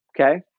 okay